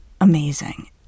amazing